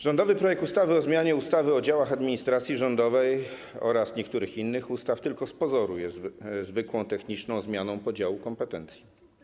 Rządowy projekt ustawy o zmianie ustawy o działach administracji rządowej oraz niektórych innych ustaw tylko z pozoru jest zwykłą techniczną zmianą podziału kompetencji.